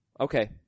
Okay